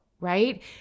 right